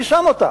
מי שם אותך?